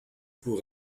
pour